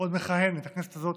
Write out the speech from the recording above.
עוד מכהנת, הכנסת הזו.